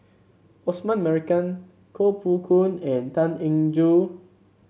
Osman Merican Koh Poh Koon and Tan Eng Joo